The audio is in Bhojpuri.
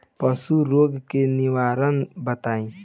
पशु रोग के निवारण बताई?